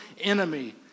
enemy